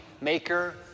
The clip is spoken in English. maker